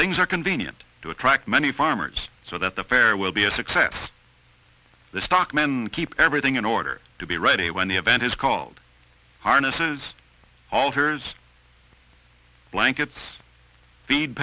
things are convenient to attract many farmers so that the fare will be a success the stock men keep everything in order to be ready when the event is called harnesses altars blankets feed